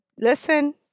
listen